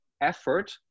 effort